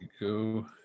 go